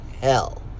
hell